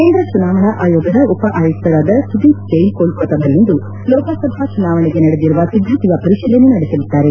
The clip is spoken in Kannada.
ಕೇಂದ್ರ ಚುನಾವಣಾ ಆಯೋಗದ ಉಪ ಆಯುಕ್ತರಾದ ಸುದೀಪ್ ಜೈನ್ ಕೋಲ್ಕತ್ತಾದಲ್ಲಿಂದು ಲೋಕಸಭಾ ಚುನಾವಣೆಗೆ ನಡೆದಿರುವ ಸಿದ್ದತೆಯ ಪರಿತೀಲನೆ ನಡೆಸಲಿದ್ದಾರೆ